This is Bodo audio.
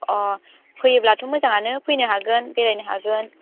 अ फैयोब्लाथ' मोजाङानो फैनो हागोन बेरायनो हागोन